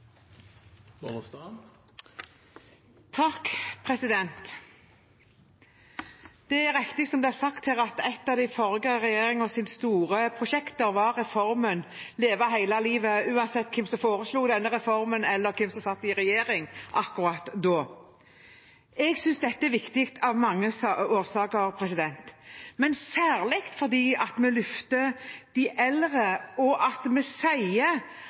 riktig som det er sagt, at et av den forrige regjeringens store prosjekter var reformen Leve hele livet – uansett hvem som foreslo den reformen, eller hvem som satt i regjering akkurat da. Jeg synes dette er viktig av mange årsaker, men særlig fordi vi løfter de eldre, og fordi vi sier